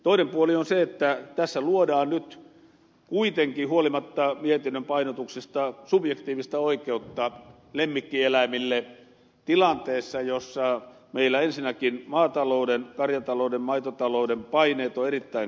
toinen puoli on se että tässä luodaan nyt kuitenkin huolimatta mietinnön painotuksesta subjektiivista oikeutta lemmikkieläimille tilanteessa jossa meillä ensinnäkin maatalouden karjatalouden ja maitotalouden paineet ovat erittäin kovat